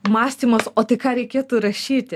mąstymas o tai ką reikėtų rašyti